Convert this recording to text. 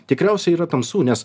tikriausiai yra tamsu nes